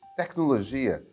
tecnologia